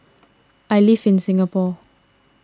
I live in Singapore